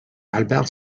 albert